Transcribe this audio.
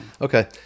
Okay